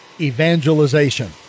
evangelization